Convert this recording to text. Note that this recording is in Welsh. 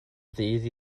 ddydd